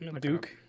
Duke